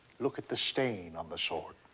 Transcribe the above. look at the stain on the sword.